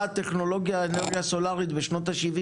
לקליפורניה טכנולוגיה של אנרגיה סולרית בשנות ה-70,